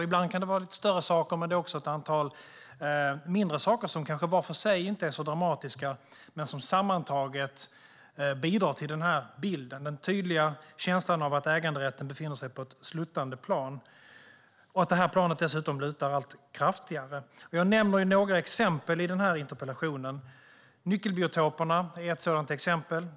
Ibland kan det vara lite större saker, men det finns också ett antal mindre saker som kanske inte är så dramatiska var för sig men som sammantaget bidrar till bilden och den tydliga känslan av att äganderätten befinner sig på ett sluttande plan, som dessutom lutar allt kraftigare. Jag nämnde några exempel i interpellationen. Nyckelbiotoperna är ett sådant exempel.